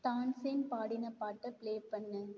தான்சேன் பாடின பாட்டை பிளே பண்ணு